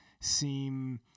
seem